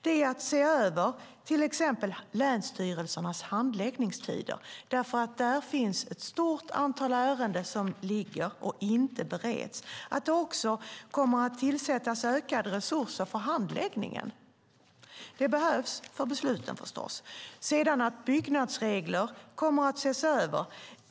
Det är till exempel att länsstyrelsernas handläggningstider ses över, därför att där ligger ett stort antal ärenden som inte bereds, att det kommer att tillföras ökade resurser för handläggningen - det behövs förstås för besluten - och att byggnadsregler kommer att ses över.